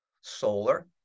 solar